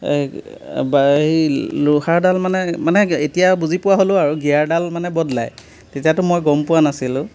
এই এবাৰ এই লোহাৰডাল মানে মানে এতিয়া বুজি পোৱা হ'লোঁ আৰু গিয়াৰডাল মানে বদলায় তেতিয়াতো মই গম পোৱা নাছিলোঁ